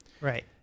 Right